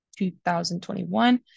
2021